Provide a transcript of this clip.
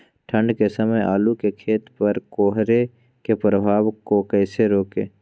ठंढ के समय आलू के खेत पर कोहरे के प्रभाव को कैसे रोके?